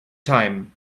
time